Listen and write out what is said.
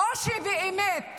או שהשר באמת